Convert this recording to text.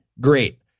great